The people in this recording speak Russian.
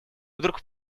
вдруг